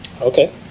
Okay